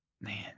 man